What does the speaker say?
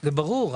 זה ברור,